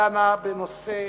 הדנה בנושא